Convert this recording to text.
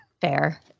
Fair